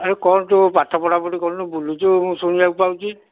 ଆରେ କ'ଣ ତୁ ପାଠ ପଢ଼ାପଢି କରୁନୁ ବୁଲୁଛୁ ମୁଁ ଶୁଣିବାକୁ ପାଉଛି